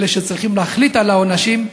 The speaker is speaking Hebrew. אלה שצריכים להחליט על העונשים,